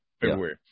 February